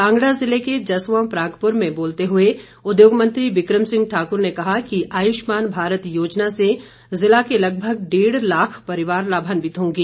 कांगड़ा जिले के जसवां परागपुर में बोलते हुए उद्योग मंत्री बिक्रम सिंह ठाक्र ने कहा कि आयुष्मान योजना से जिला के लगभग डेढ लाख परिवार लाभान्वित होंगे